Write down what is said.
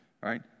right